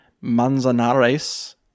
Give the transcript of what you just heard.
Manzanares